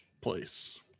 place